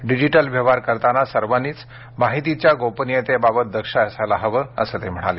digital व्यवहार करताना सर्वांनीच माहितीच्या गोपनीयतेबाबत दक्ष असायला हवं असं ते म्हणाले